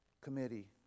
committee